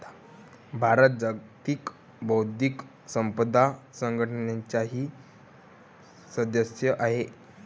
भारत जागतिक बौद्धिक संपदा संघटनेचाही सदस्य आहे